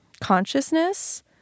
consciousness